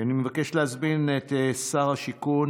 אני מבקש להזמין את שר השיכון.